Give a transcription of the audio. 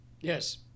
Yes